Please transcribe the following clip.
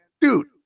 dude